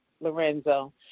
Lorenzo